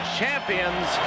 champions